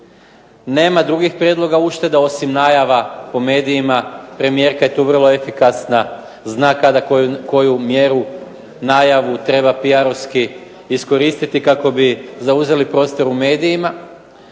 nema drugih prijedloga ušteda osim najava po medijima. Premijerka je tu vrlo efikasna, zna kada koju mjeru, najavu treba pr-ovski iskoristiti kako bi zauzeli prostor u medijima.